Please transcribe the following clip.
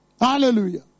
Hallelujah